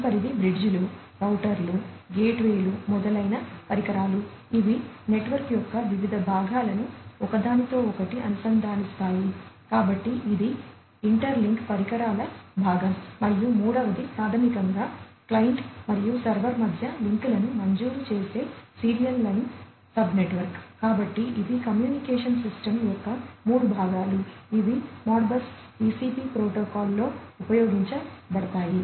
తదుపరిది బ్రిడ్జిలు యొక్క మూడు భాగాలు ఇవి మోడ్బస్ టిసిపి ప్రోటోకాల్లో ఉపయోగించబడతాయి